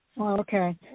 Okay